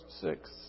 six